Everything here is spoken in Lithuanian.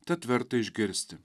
tad verta išgirsti